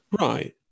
Right